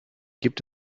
gibt